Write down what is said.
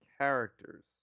characters